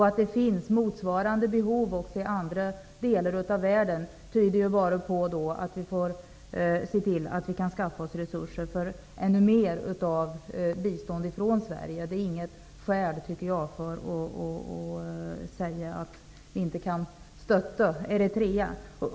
Att det finns motsvarande behov också i andra delar av världen tyder ju bara på att vi får se till att vi kan skaffa resurser för att kunna ge ännu mer bistånd från Sverige. Detta är inget skäl för att säga att vi inte kan stötta Eritrea.